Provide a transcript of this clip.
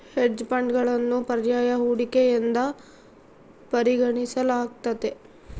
hedge ಫಂಡ್ಗಳನ್ನು ಪರ್ಯಾಯ ಹೂಡಿಕೆ ಎಂದು ಪರಿಗಣಿಸಲಾಗ್ತತೆ